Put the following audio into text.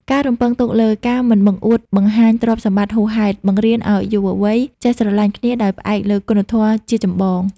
ការរំពឹងទុកលើ "ការមិនបង្អួតបង្អាញទ្រព្យសម្បត្តិហួសហេតុ" បង្រៀនឱ្យយុវវ័យចេះស្រឡាញ់គ្នាដោយផ្អែកលើគុណធម៌ជាចម្បង។